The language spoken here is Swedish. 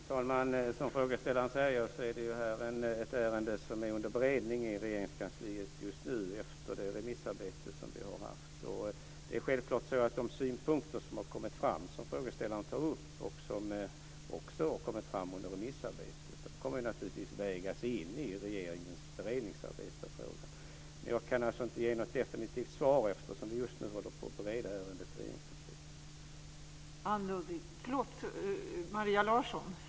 Fru talman! Som frågeställaren säger är det här ett ärende som just nu är under beredning i Regeringskansliet, efter det remissarbete som vi har haft. De synpunkter som frågeställaren tar upp och som också har kommit fram under remissarbetet kommer naturligtvis att vägas in i regeringens beredning av frågan. Men jag kan inte ge något definitivt svar, eftersom vi just nu håller på att bereda ärendet i Regeringskansliet.